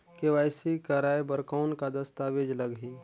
KYC कराय बर कौन का दस्तावेज लगही?